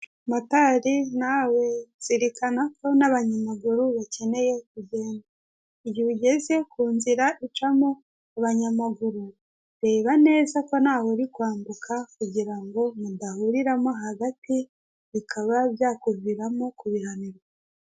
Motari nawe zirikana ko n'abanyamaguru bakeneye kugenda igihe ugeze ku nzira icamo abanyamaguru, reba neza ko ntawe uri kwambuka kugira ngo mudahuriramo hagati bikaba byakuviramo kubihanirwa.